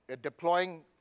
deploying